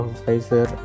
Pfizer